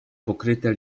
pokryte